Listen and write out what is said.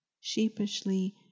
Sheepishly